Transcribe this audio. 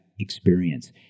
Experience